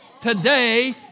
Today